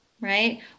right